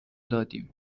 دادیم